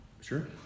Sure